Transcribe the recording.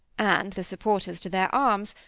and the supporters to their arms,